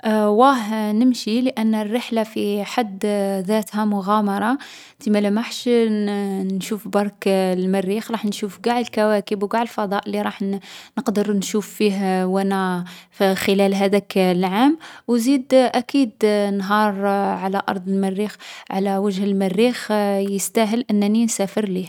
واه، نمشي لأن الرحلة في حد ذاتها مغامرة. تسما ماحش ن- نشوف برك المريخ، رح نشوف قاع الكواكب و قاع الفضاء لي راح ن- نقدر نشوف فيه و انا ف- خلال هاذاك العام. و زيد أكيد نهار على أرض المريخ، على وجه المريخ، يستاهل أنني نسافر ليه.